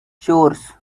chores